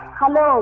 hello